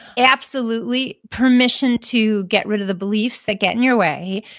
absolutely, permission to get rid of the beliefs that get in your way.